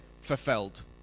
fulfilled